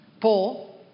Paul